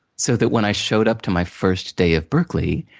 so, that when i showed up to my first day of berklee,